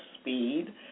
speed